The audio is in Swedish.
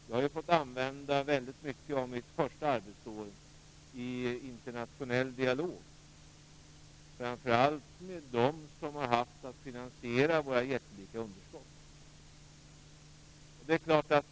Jag har fått använda väldigt mycket av mitt första arbetsår till internationella dialoger, framför allt med dem som har haft att finansiera våra jättelika underskott.